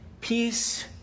peace